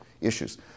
issues